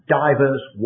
diverse